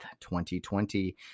2020